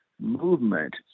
movement